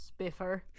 Spiffer